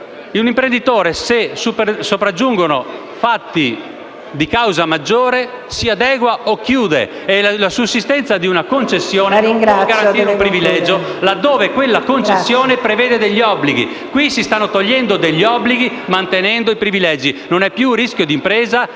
imprenditori. Se sopraggiungono fatti di causa maggiore, un imprenditore si adegua o chiude. La sussistenza di una concessione non può garantire un privilegio, laddove essa prevede degli obblighi. Qui si stanno togliendo degli obblighi mantenendo i privilegi: non è più rischio d'impresa,